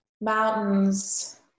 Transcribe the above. mountains